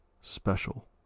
special